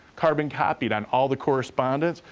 carbon-copied on all the correspondence,